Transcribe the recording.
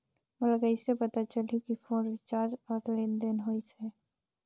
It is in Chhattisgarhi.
मोला कइसे पता चलही की फोन रिचार्ज और लेनदेन होइस हे?